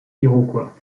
iroquois